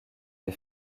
les